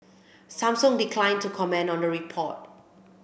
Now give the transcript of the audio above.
Samsung declined to comment on the report